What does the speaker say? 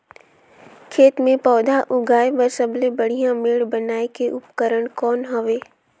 खेत मे पौधा उगाया बर सबले बढ़िया मेड़ बनाय के उपकरण कौन हवे?